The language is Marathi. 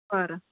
बरं